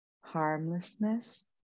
harmlessness